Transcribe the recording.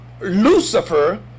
Lucifer